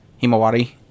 Himawari